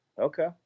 Okay